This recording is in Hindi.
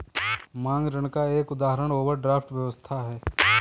मांग ऋण का एक उदाहरण ओवरड्राफ्ट व्यवस्था है